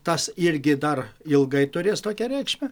tas irgi dar ilgai turės tokią reikšmę